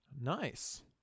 Nice